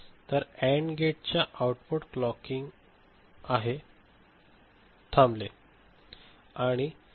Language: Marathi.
तर एन्ड गेटच्या आऊटपुट क्लॉकिंग आहे थांबलो ठीक आहे का